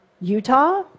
Utah